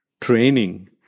training